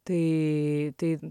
tai tai